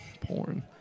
porn